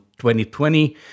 2020